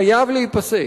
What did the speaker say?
חייב להיפסק.